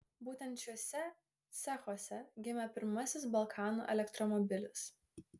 būtent šiuose cechuose gimė pirmasis balkanų elektromobilis